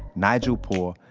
nigel poor,